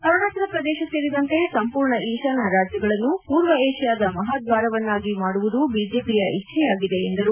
ಅರುಣಾಚಲಪ್ರದೇಶ ಸೇರಿದಂತೆ ಸಂಪೂರ್ಣ ಈಶಾನ್ಯ ರಾಜ್ಯಗಳನ್ನು ಪೂರ್ವ ಏಷ್ಯಾದ ಮಹಾದ್ವಾರವನ್ನಾಗಿ ಮಾಡುವುದು ಬಿಜೆಪಿಯ ಇಚ್ಚೆಯಾಗಿದೆ ಎಂದರು